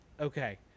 Okay